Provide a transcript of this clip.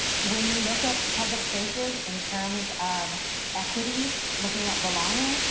when you look at public spaces in terms of equity, looking at belonging,